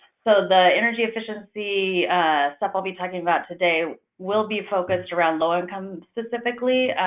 so, the energy efficiency stuff i'll be talking about today will be focused around low-income specifically,